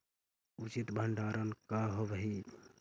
उचित भंडारण का होव हइ?